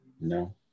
No